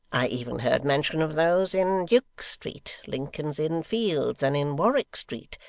i even heard mention of those in duke street, lincoln's inn fields, and in warwick street,